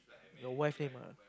your wife name ah